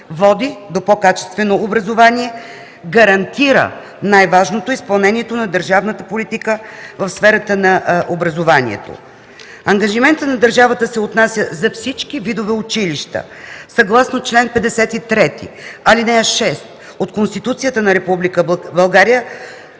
води до по-качествено образование, гарантира най-важното – изпълнението на държавната политика в сферата на образованието. Ангажиментът на държавата се отнася за всички видове училища. Съгласно чл. 53, ал. 6 от Конституцията на